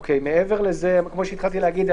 כמו שהתחלתי להגיד,